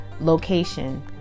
location